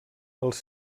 els